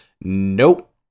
Nope